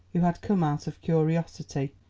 who had come out of curiosity.